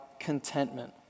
contentment